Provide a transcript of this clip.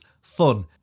fun